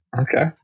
Okay